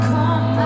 Come